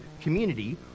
community